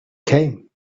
came